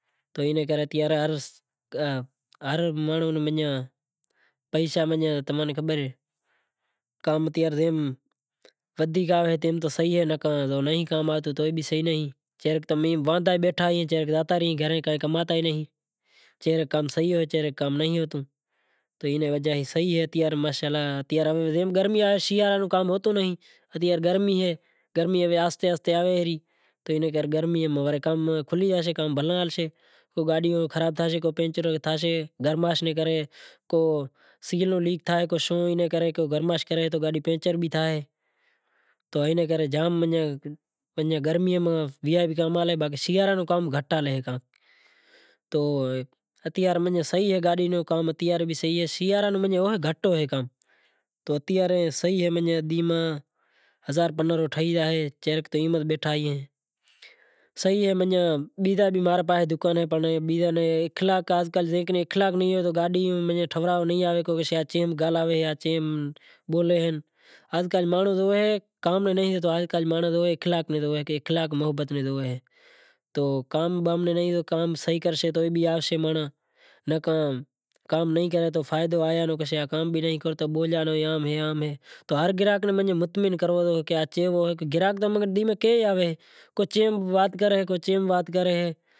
تو اینے کرے ہر مانڑو پیشا مناں تناں خبر اے کام تیار تھے ودھیک آوے تو صحیح ہوئے تو چے رے کام صحیح ناں ہوتو تو اینی وجے صحیح اے شیاراں میں کام ہوتو نہیں گرمی اے آہستے آہستے آوے رئی۔ گرمی میں کام کھلی زاشے کام بھلا ہالشے، گاڈیوں کو خراب تھیشے کو پنچر تھاشے گرماش نے کرے کو سیل تھائے پنچر بھی تھائے تو اینے کرے جام گرمی ماں وی آئی پی کام ہلے پنڑ شیاراں روں کام گھٹ ہالے۔ تو اتیارے صحیح اے گرمی ماں ہزار پنڈراں ہو ٹھئی زائیں چاے مار تو ایمیں بیٹھا ائیں۔ صحیح اے بیزا بھی اماں رے پاہاے دکان اہیں پنڑ ہاز کل اخلاق سے نہیں تو گاڈیوں ٹھراووں نہیں آوے ہازکل مانڑو کام نیں ناں زوئے مانڑو اخلاق ناں زوئے۔ اخلاق محبت ناں زوئے۔ کام صحیح کرشے تو بھی مانڑو آوشیں کام صحیح ناں کرے تو فائدو نتھی تو ہر گراہک ناں مطعمن کرووں ہوئے کو چیوو ہوئے تو کو چیوو ہوئے۔ گراہک تو موں کن کئی آویں کو چیم وات کرے تو کوئی چیم وات کرے۔